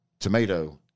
Tomato